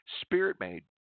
spirit-made